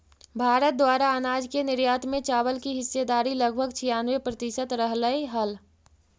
भारत द्वारा अनाज के निर्यात में चावल की हिस्सेदारी लगभग छियानवे प्रतिसत रहलइ हल